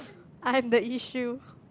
I am the issue